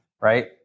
right